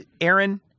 Aaron